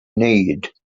need